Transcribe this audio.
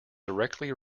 directly